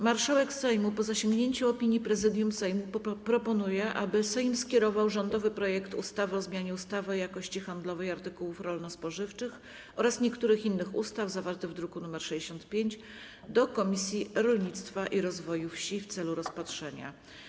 Marszałek Sejmu, po zasięgnięciu opinii Prezydium Sejmu, proponuje, aby Sejm skierował rządowy projekt ustawy o zmianie ustawy o jakości handlowej artykułów rolno-spożywczych oraz niektórych innych ustaw, zawarty w druku nr 65, do Komisji Rolnictwa i Rozwoju Wsi w celu rozpatrzenia.